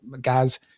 guys